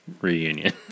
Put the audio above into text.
Reunion